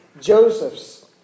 Joseph's